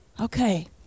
Okay